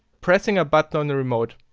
pressing a button on the remote.